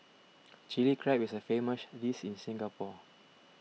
Chilli Crab is a famous dish in Singapore